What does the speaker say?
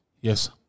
Yes